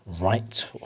right